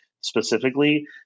specifically